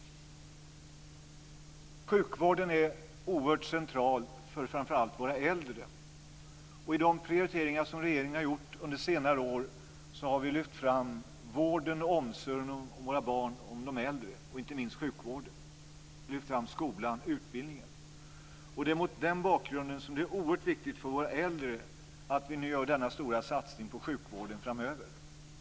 Sjukvården är oerhört central för framför allt våra äldre, och i de prioriteringar som regeringen har gjort under senare år har vi lyft fram vården och omsorgen om barnen och om de äldre, liksom inte minst sjukvården, skolan och den högre utbildningen. Det är mot den bakgrunden oerhört viktigt för våra äldre att vi nu gör denna stora satsning på sjukvården framöver.